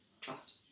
trust